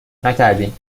نکردیم